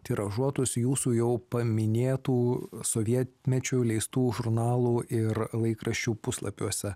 tiražuotus jūsų jau paminėtų sovietmečiu leistų žurnalų ir laikraščių puslapiuose